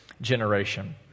generation